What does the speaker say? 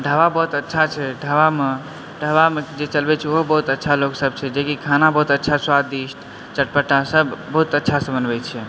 ढाबा बहुत अच्छा छै ढाबामे ढाबामे जे चलबै छै ओहो बहुत अच्छा लोकसभ छै जेकि खाना बहुत अच्छा स्वादिष्ट चटपटासभ बहुत अच्छासँ बनबै छै